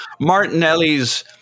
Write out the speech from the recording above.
Martinelli's